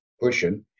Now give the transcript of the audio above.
pushing